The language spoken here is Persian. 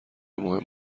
مهم